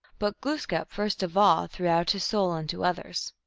but glooskap first of all threw out his soul unto others.